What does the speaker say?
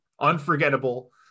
Unforgettable